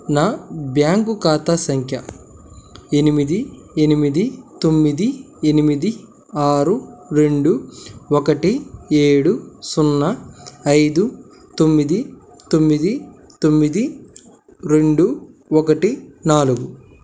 నా బ్యాంకు ఖాతా సంఖ్య ఎనిమిది ఎనిమిది తొమ్మిది ఎనిమిది ఆరు రెండు ఒకటి ఏడు సున్నా ఐదు తొమ్మిది తొమ్మిది తొమ్మిది రెండు ఒకటి నాలుగు